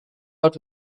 out